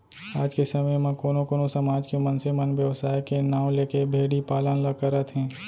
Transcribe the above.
आज के समे म कोनो कोनो समाज के मनसे मन बेवसाय के नांव लेके भेड़ी पालन ल करत हें